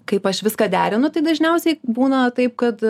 kaip aš viską derinu tai dažniausiai būna taip kad